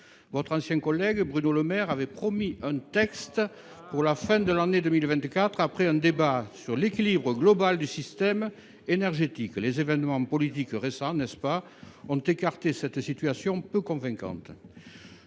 Votre ancien collègue Bruno Le Maire avait promis un texte pour la fin de l’année 2024, après un débat sur l’équilibre global du système énergétique, mais les événements politiques récents – je n’y reviens pas… – ont écarté cette solution peu convaincante.